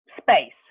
space